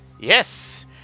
Yes